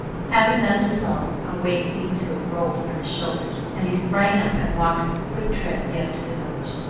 having thus resolved, a weight seemed to have rolled from his shoulders and he sprang up and walked with a quick tread down to the village.